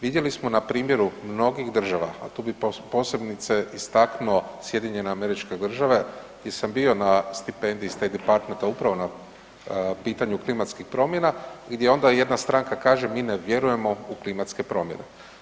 Vidjeli smo na primjeru mnogih država, a tu bi posebice istaknuo SAD di sam bio na stipendiji State Departmenta upravo na pitanju klimatskih promjena i gdje onda jedna stranka kaže „mi ne vjerujemo u klimatske promjene“